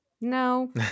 No